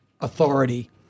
authority